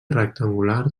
rectangular